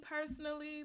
personally